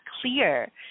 clear